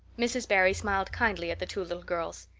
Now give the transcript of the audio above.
mrs. barry smiled kindly at the two little girls.